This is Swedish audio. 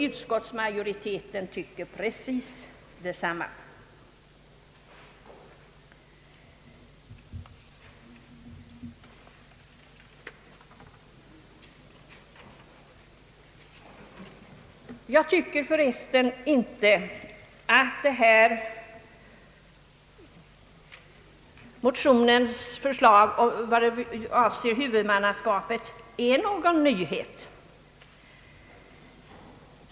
Utskottsmajoriteten tyckte precis detsamma. Motionens förslag om huvudmannaskapet är för resten inte någon nyhet.